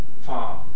far